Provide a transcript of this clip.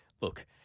Look